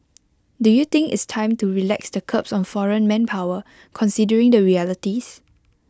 do you think it's time to relax the curbs on foreign manpower considering the realities